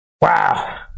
Wow